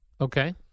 Okay